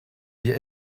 wir